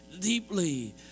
deeply